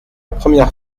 première